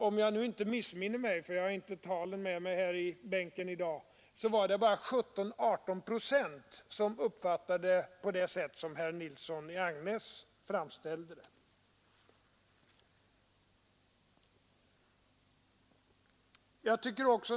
Om jag inte missminner mig — jag har inte siffrorna med mig här i bänken i dag — så var det bara 17—18 procent som uppfattade saken så som herr Nilsson i Agnäs framställde det.